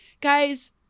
Guys